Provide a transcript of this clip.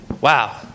Wow